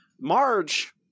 Marge